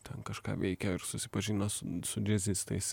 ten kažką veikė ir susipažino su su džiazistais